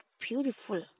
beautiful